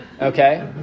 okay